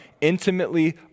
intimately